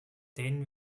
denen